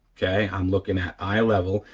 okay, i'm looking at eye level,